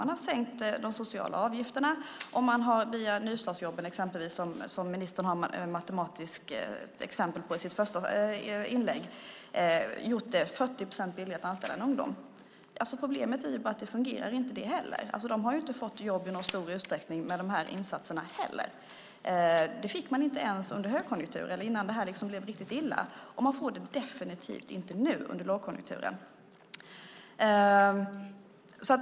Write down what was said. Man har sänkt de sociala avgifterna och har via exempelvis nystartsjobben, som ministern har ett matematiskt exempel på i sitt första inlägg, gjort det 40 procent billigare att anställa en ungdom. Problemet är bara att det inte fungerar heller. De har inte fått jobb i någon stor utsträckning med de här insatserna heller. Det fick man inte ens under högkonjunkturen, innan det här blev riktigt illa, och man får det definitivt inte nu under lågkonjunkturen.